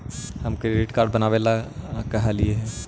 हम credit card बनावे ला कहलिऐ हे?